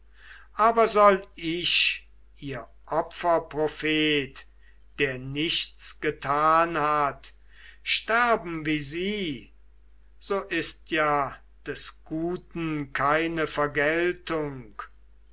aber soll ich ihr opferprophet der nichts getan hat sterben wie sie so ist ja des guten keine vergeltung